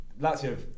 Lazio